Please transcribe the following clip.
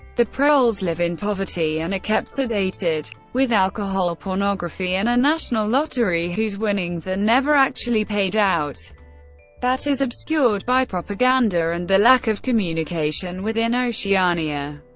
the proles live in poverty and are kept sedated with alcohol, pornography and a national lottery whose winnings are never actually paid out that is obscured by propaganda and the lack of communication within oceania.